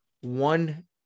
one